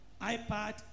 iPad